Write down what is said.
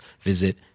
visit